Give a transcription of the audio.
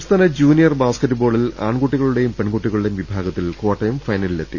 സംസ്ഥാന ജൂനിയർ ബാസ്ക്കറ്റ് ബോളിൽ ആൺകുട്ടി കളുടെയും പെൺകുട്ടികളുടെയും വിഭാഗത്തിൽ കോട്ടയം ഫൈനലിലെത്തി